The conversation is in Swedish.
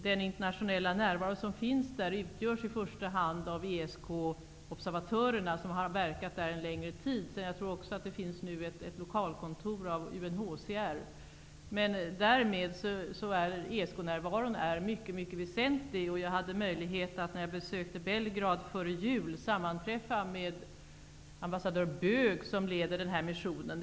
Den internationella närvaron där utgörs i första hand av ESK-observatörerna, som har verkat där en längre tid. Jag tror också att det nu finns ett lokalkontor för UNHCR. Men ESK-närvaron är mycket väsentlig. Jag hade möjlighet, när jag besökte Belgrad före jul, att sammanträffa med ambassadör Böök som leder den här missionen.